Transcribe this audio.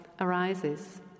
arises